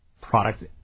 product